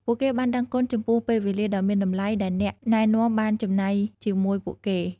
ពួកគេបានដឹងគុណចំពោះពេលវេលាដ៏មានតម្លៃដែលអ្នកណែនាំបានចំណាយជាមួយពួកគេ។